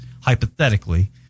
Hypothetically